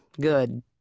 good